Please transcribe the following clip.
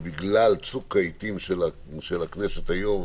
ובגלל צוק העיתים של הכנסת היום,